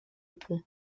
pont